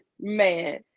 man